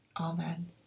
Amen